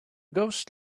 ghost